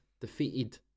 defeated